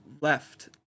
left